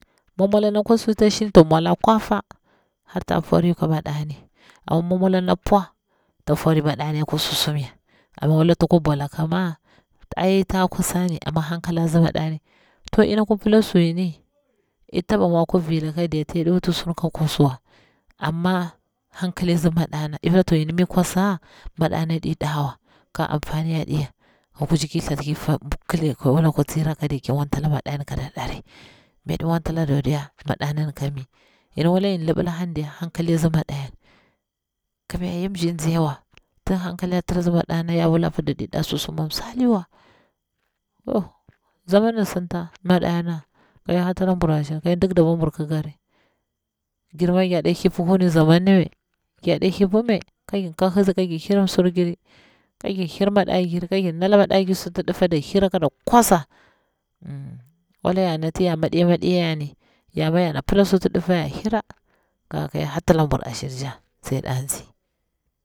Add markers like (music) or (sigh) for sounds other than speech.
Mi mwala na kwasu ta shini to mwala kwafa, har ta fori ka mada ni, amma mi mwda na pwa ta fori maɗani akwa susum ya, amma wala takwa bwala ka ma aita kwasa ni amma hankalari atsi maɗani, to ina kwa pila suyini ik taba mwa akwa vi laka diya yaɗi wut sun ka kwasi wa, amma hankali a tsi maɗana, i pila to yini bi kwasa maɗana ɗi ɗawa, ka amfani ya aɗiya, ka kuci ki thata, wala kwada na kwa tsi rakka diya ki mwantala medana kada dori, mi yaɗi mwa ki mwanta lada wadiya madanan mi, ana wala yan libila han diya hankali a tsi madani kamnya ya mzi tsiwa tin hankali a tira tsi madana, ya wula apa ɗaɗi ɗa susu mwa msirliwa (hesitation) zaman an sinta madana ka hyel harta labur ashir, ka hyel dik dabwaburu ki kari, girma girɗe thip hunir zaman ni mai, geɗe thipi mai ka gir kahitsi ka gir hir sur giri, ka gir hir madegiri, kajir tala madajiri suti difta hira koda kwasa wala ya nati ya maɗiya maɗiya yani yar ma yana pila suti ɗifa yari hira ƙa hyel harta laburu ashir tcha. Sai dansi